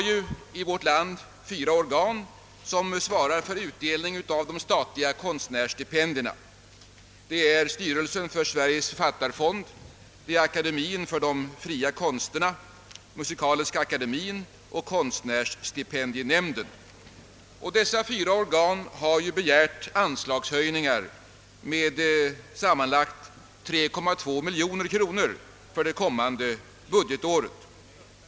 Det är fyra organ som svarar för utdelningen av de statliga konstnärsstipendierna: styrelsen för Sveriges författarfond, Akademien för de fria konsterna, Musikaliska akademien och Konstnärsstipendienämnden. Dessa organ har begärt anslagshöjningar med sammanlagt 3,2 miljoner kronor för det kommande budgetåret.